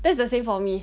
that's the same for me